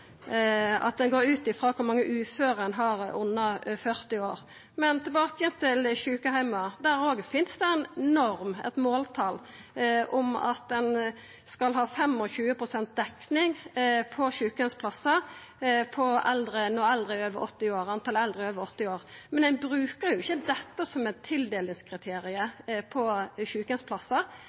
er ein fornøgd med at det er ei norm som går ut frå kor mange uføre ein har under 40 år. Men tilbake igjen til sjukeheimar: Der òg finst det ei norm, eit måltal, om at ein skal ha 25 pst. dekning på sjukeheimsplassar for talet på eldre over 80 år. Men ein bruker ikkje dette som eit